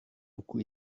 buku